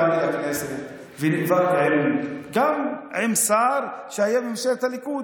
באתי לכנסת ונפגשתי גם עם שר שהיה בממשלת הליכוד,